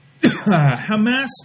Hamas